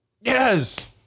Yes